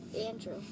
Andrew